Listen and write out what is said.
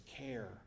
care